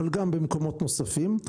אבל גם במקומות נוספים,